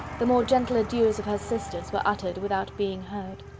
the more gentle adieus of her sisters were uttered without being heard.